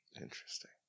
Interesting